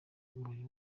buri